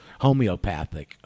homeopathic